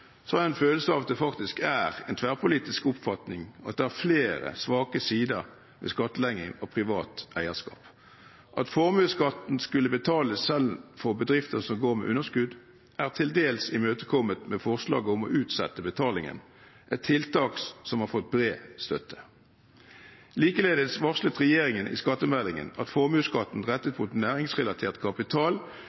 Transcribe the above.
har jeg en følelse av at det faktisk er en tverrpolitisk oppfatning at det er flere svake sider ved skattleggingen av privat eierskap. At formuesskatten skulle betales selv for bedrifter som går med underskudd, er til dels imøtekommet med forslag om å utsette betalingen – et tiltak som har fått bred støtte. Likeledes varslet regjeringen i skattemeldingen at formuesskatten rettet mot næringsrelatert kapital